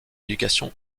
éducation